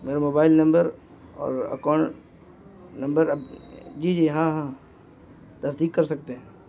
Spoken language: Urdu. میرا موبائل نمبر اور اکاؤنٹ نمبر اب جی جی ہاں ہاں تصدیق کر سکتے ہیں